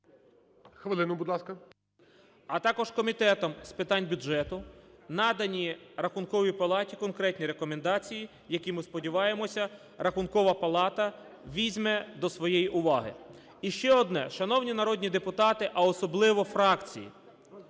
Хвилину, будь ласка. КРУЛЬКО І.І. А також Комітетом з питань бюджету надані Рахунковій палаті конкретні рекомендації, які, ми сподіваємося, Рахункова палата візьме до своєї уваги. І ще одне, шановні народні депутати, а особливо фракції.